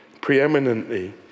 preeminently